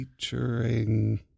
Featuring